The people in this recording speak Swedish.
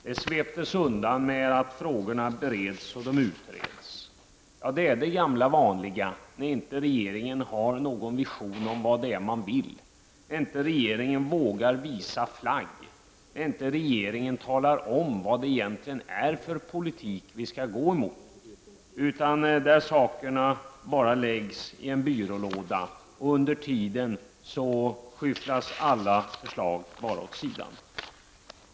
De sveptes undan med förklaringen att frågorna bereds och utreds. Ja, det är det gamla vanliga när regeringen inte har någon vision om vad det är man vill, när regeringen inte vågar visa flagg, inte talar om vad det egentligen är för politik vi skall ha. Frågorna bara läggs i en byrålåda, och under tiden skyfflas alla förslag åt sidan.